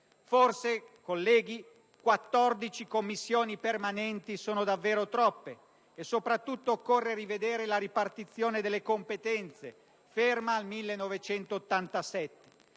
Forse, colleghi, 14 Commissioni permanenti sono davvero troppe e soprattutto occorre rivedere la ripartizione delle competenze, ferma al 1987.